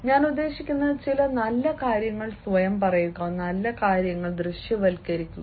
ഞാൻ ഉദ്ദേശിക്കുന്നത് ചില നല്ല കാര്യങ്ങൾ സ്വയം പറയുക നല്ല കാര്യങ്ങൾ ദൃശ്യവൽക്കരിക്കുക